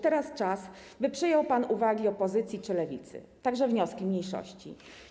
Teraz czas, by przyjął pan uwagi opozycji czy Lewicy, także wnioski mniejszości.